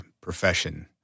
profession